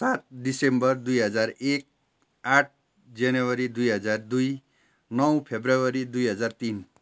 December दुई हजार एक आठ जनवरी दुई हजार दुई नौ फरवरी दुई हजार तिन